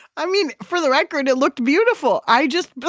i mean for the record it looked beautiful. i just. but